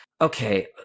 okay